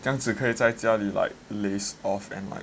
将只可以在家里 like laze off and like